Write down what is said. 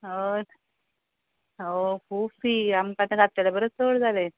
हय ऑ खूब फी आमकां तें घातललें बरें चड जालें